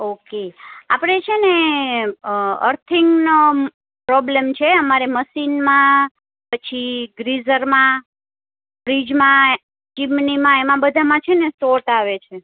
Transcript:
okay આપણે છે ને અર્થિંગનો પ્રોબ્લેમ છે અમારે મશીનમાં પછી ગીઝરમાં ફ્રીજમાં ચીમનીમાં એમાં બધામાં છે ને શોર્ટ આવે છે